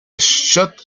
shot